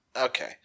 Okay